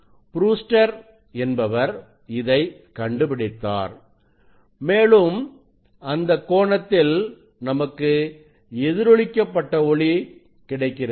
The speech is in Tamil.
ப்ரூஸ்டர் என்பவர் இதை கண்டுபிடித்தார் மேலும் அந்த கோணத்தில் நமக்கு எதிரொளிக்கப்பட்ட ஒளி கிடைக்கிறது